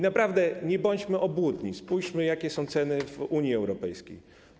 Naprawdę nie bądźmy obłudni, spójrzmy, jakie są ceny w Unii Europejskiej.